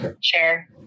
share